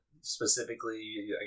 Specifically